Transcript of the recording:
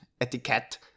etiquette